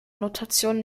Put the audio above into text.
notation